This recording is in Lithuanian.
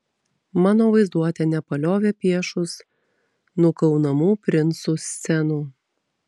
mano vaizduotė nepaliovė piešus nukaunamų princų scenų